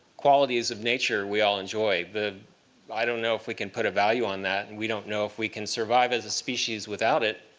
qualities of nature we all enjoy. i don't know if we can put a value on that, and we don't know if we can survive as a species without it.